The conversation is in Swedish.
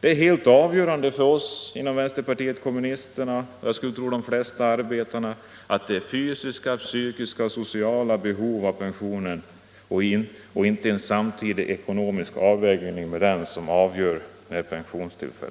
Det helt avgörande för oss inom vänsterpartiet kommunisterna och, skulle jag tro, för de flesta arbetare är de fysiska, psykiska och sociala behoven av pension. Det är de och inte en ekonomisk avvägning som bör avgöra när pensionen